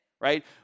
right